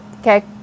okay